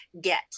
get